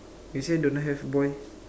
you say don't have boy